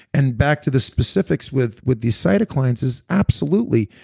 and back to the specifics with with the cytokines is absolutely,